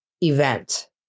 event